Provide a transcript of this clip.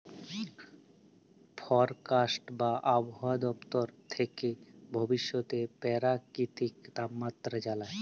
forecast বা আবহাওয়া দপ্তর থ্যাকে ভবিষ্যতের পেরাকিতিক তাপমাত্রা জালায়